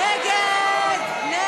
חוק